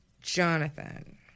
Jonathan